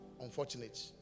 unfortunate